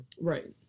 right